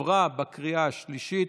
עברה בקריאה השלישית,